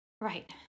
Right